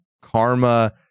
karma